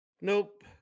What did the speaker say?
Nope